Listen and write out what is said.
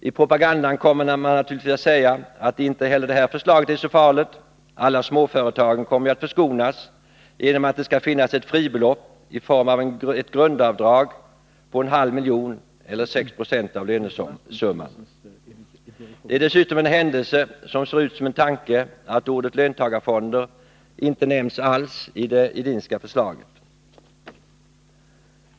I propagandan kommer man naturligtvis att säga att inte heller detta förslag är så farligt; alla småföretag kommer ju att förskonas genom att det skall finnas ett fribelopp i form av ett grundavdrag på en halv miljon kronor eller 6 26 av lönesumman. Det är dessutom en händelse som ser ut som en tanke att ordet löntagarfonder inte nämns alls i det Edinska förslaget.